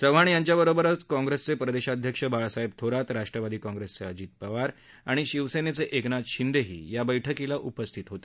चव्हाण यांच्याबरोबरच काँप्रेसचे प्रदेशाध्यक्ष बाळासाहेब थोरातराष्ट्रवादी काँप्रेसचे अजीत पवार आणि शिवसेनेचे एकनाथ शिंदेही या बैठकीला उपस्थित होते